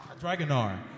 Dragonar